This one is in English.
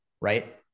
Right